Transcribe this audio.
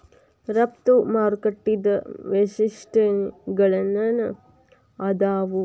ರಫ್ತು ಮಾರುಕಟ್ಟಿದ್ ವೈಶಿಷ್ಟ್ಯಗಳೇನೇನ್ ಆದಾವು?